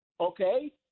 Okay